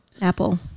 Apple